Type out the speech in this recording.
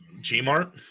G-Mart